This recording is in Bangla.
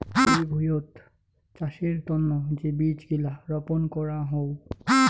বাড়ি ভুঁইয়ত চাষের তন্ন যে বীজ গিলা রপন করাং হউ